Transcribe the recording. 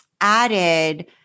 added